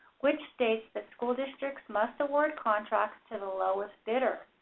which states that school districts must award contracts to the lowest bidder.